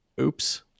oops